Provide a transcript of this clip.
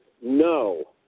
no